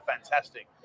fantastic